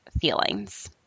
feelings